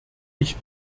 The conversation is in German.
ich